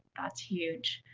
that's huge,